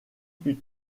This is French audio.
plus